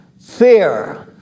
fear